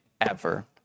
ever